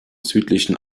südlichen